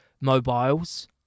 mobiles